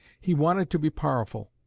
he wanted to be powerful,